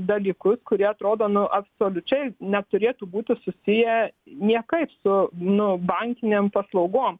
dalykus kurie atrodo nu absoliučiai neturėtų būti susiję niekaip su nu bankinėm paslaugom